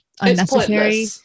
unnecessary